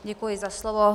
Děkuji za slovo.